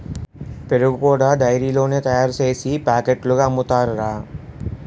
పెరుగు కూడా డైరీలోనే తయారుసేసి పాకెట్లుగా అమ్ముతారురా